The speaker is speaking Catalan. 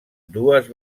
dues